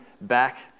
back